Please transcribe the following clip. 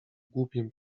głupim